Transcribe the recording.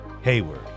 hayward